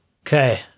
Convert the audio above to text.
Okay